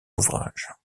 ouvrages